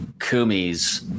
Kumi's